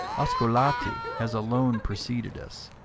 osculati has alone preceded us,